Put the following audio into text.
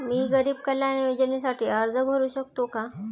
मी गरीब कल्याण योजनेसाठी अर्ज भरू शकतो का?